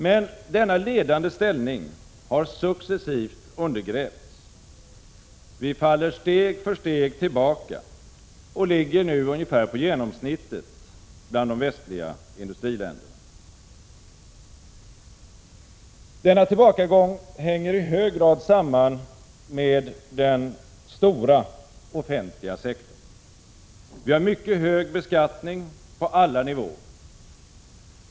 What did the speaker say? Men denna ledande ställning har successivt undergrävts. Vi faller steg för steg tillbaka och ligger nu ungefär på genomsnittet bland de västliga industriländerna. Denna tillbakagång hänger i hög grad samman med den stora offentliga sektorn. Vi har mycket hög beskattning på alla nivåer.